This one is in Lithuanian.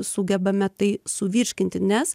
sugebame tai suvirškinti nes